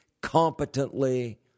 competently